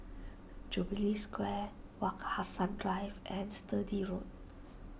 Jubilee Square Wak Hassan Drive and Sturdee Road